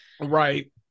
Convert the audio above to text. Right